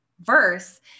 verse